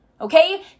Okay